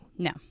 No